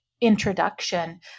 introduction